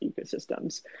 ecosystems